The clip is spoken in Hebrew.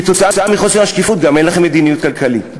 כתוצאה מחוסר השקיפות גם אין לכם מדיניות כלכלית.